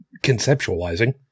conceptualizing